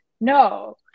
no